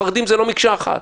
החרדים הם לא מקשה אחת.